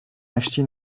نشتی